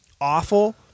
awful